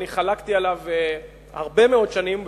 אני חלקתי עליו הרבה מאוד שנים,